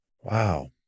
Wow